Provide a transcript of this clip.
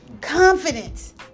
confidence